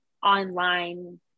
Online